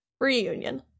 Reunion